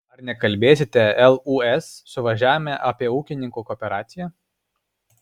ar nekalbėsite lūs suvažiavime apie ūkininkų kooperaciją